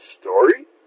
story